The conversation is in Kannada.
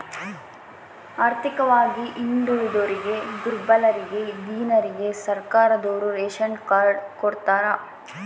ಆರ್ಥಿಕವಾಗಿ ಹಿಂದುಳಿದೋರಿಗೆ ದುರ್ಬಲರಿಗೆ ದೀನರಿಗೆ ಸರ್ಕಾರದೋರು ರೇಶನ್ ಕಾರ್ಡ್ ಕೊಡ್ತಾರ